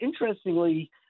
interestingly